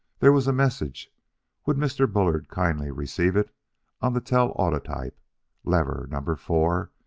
there was a message would mr. bullard kindly receive it on the telautotype lever number four,